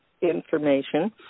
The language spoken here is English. information